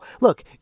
Look